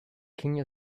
king